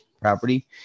property